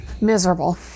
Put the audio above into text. miserable